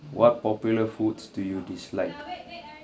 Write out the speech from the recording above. what popular foods do you dislike